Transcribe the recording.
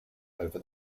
over